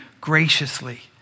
graciously